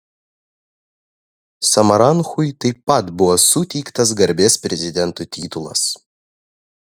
samaranchui taip pat buvo suteiktas garbės prezidento titulas